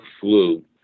flu